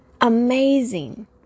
amazing